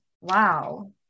wow